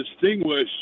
distinguish